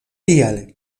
tial